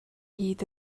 hyd